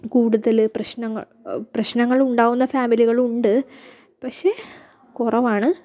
കൂടുതൽ പ്രശ്നങ്ങൾ പ്രശ്നങ്ങൾ ഉണ്ടാവുന്ന ഫാമിലികളുണ്ട് പക്ഷേ കുറവാണ്